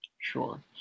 Sure